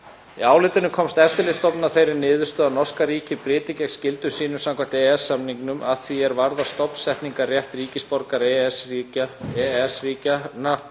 Í álitinu komst Eftirlitsstofnun að þeirri niðurstöðu að norska ríkið bryti gegn skyldum sínum samkvæmt EES-samningnum að því er varðar stofnsetningarrétt ríkisborgara EES-ríkjanna